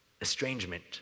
estrangement